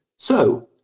so,